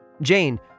Jane